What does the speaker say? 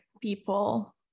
people